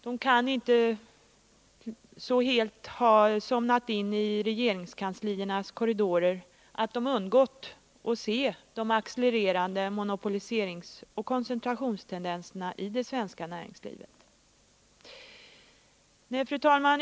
De kan inte så helt ha somnat in i regeringskansliernas korridorer att de undgått att se de accelererande monopoliseringsoch koncentrationstendenserna i det svenska näringslivet. Fru talman!